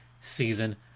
season